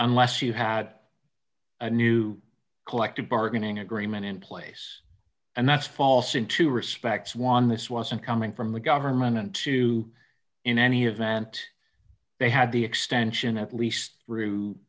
unless you had a new collective bargaining agreement in place and that's false in two respects one this wasn't coming from the government to in any event they had the extension at least through